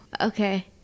Okay